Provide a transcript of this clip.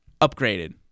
upgraded